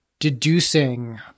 deducing